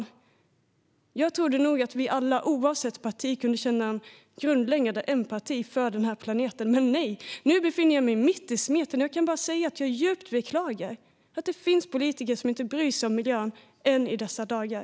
Jag trodde nog att vi alla, oavsett parti kunde känna grundläggande empatiför den här planeten. Men nej, nu befinner jag mig mitt i smeten! Jag kan bara säga att jag djupt beklagaratt det finns politiker som inte bryr sig om miljön ens i dessa dagar.